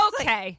okay